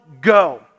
go